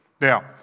Now